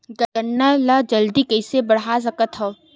गन्ना ल जल्दी कइसे बढ़ा सकत हव?